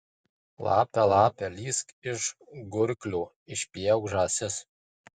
lape lape lįsk iš gurklio išpjauk žąsis